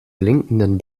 blinkenden